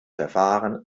verfahren